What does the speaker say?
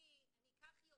אני אקח יועץ,